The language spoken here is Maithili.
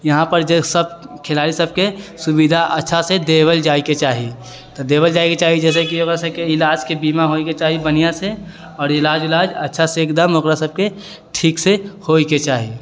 यहाँपर जे सब खेलाड़ी सबके सुविधा अच्छासँ देबल जाइके चाही तऽ देबल जाइके चाही जैसे की ओकरासबके इलाजके बीमा होइके चाही बन्हिआसँ आओर इलाज उलाज अच्छासँ एकदम ओकरा सबके ठीकसँ होइके चाही